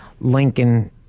Lincoln